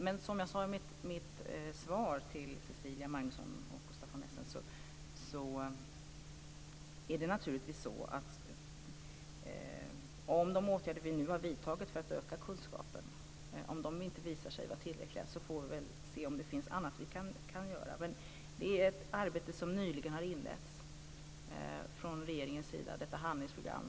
Men, som jag sade i mitt svar till Cecilia Magnusson och Gustaf von Essen, om de åtgärder som vi nu har vidtagit för att öka kunskapen inte visar sig vara tillräckliga får vi naturligtvis se om det finns annat som vi kan göra. Men det här är ett arbete som nyligen har inletts från regeringens sida. Det handlar om detta handlingsprogram.